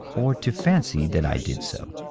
or to fancy that i did so.